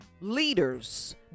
leaders